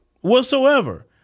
whatsoever